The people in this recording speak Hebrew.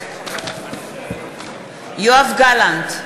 בעד יואב גלנט,